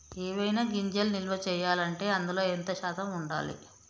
ఏవైనా గింజలు నిల్వ చేయాలంటే అందులో ఎంత శాతం ఉండాలి?